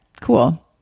cool